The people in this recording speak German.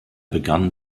begann